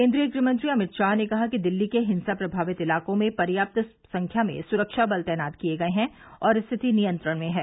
केन्द्रीय गृहमंत्री अमित शाह ने कहा कि दिल्ली के हिंसा प्रभावित इलाकों में पर्याप्त संख्या में सुरक्षा बल तैनात किये गये हैं और स्थिति नियंत्रण में है